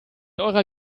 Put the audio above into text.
eurer